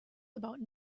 about